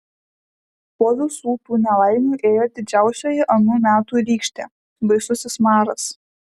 po visų tų nelaimių ėjo didžiausioji anų metų rykštė baisusis maras